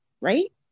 right